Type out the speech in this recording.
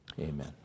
Amen